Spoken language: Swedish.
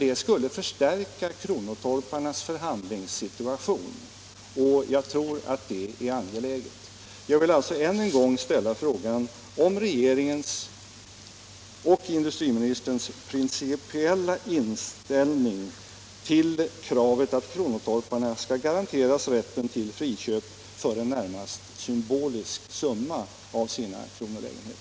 Det skulle stärka kronotorparnas förhandlingssituation, och jag tror det är angeläget. Jag vill alltså än en gång ställa frågan om regeringens och industriministerns principiella inställning till kravet att kronotorparna skall garanteras rätten till friköp av sina kronolägenheter för en närmast symbolisk summa.